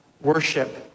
worship